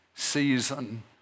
season